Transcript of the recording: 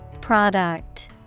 Product